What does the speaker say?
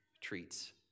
treats